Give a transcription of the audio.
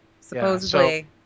supposedly